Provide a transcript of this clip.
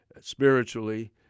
spiritually